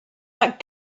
that